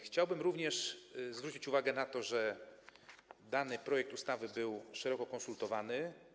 Chciałbym również zwrócić uwagę na to, że projekt ustawy był szeroko konsultowany.